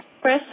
Chris